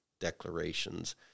declarations